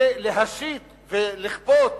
ולהשית ולכפות